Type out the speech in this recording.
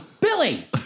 Billy